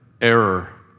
error